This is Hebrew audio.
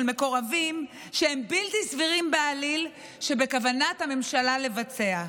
מקורבים שהם בלתי סבירים בעליל שבכוונת הממשלה לבצע.